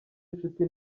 inshuti